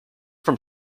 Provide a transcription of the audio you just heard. from